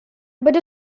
but